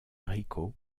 rico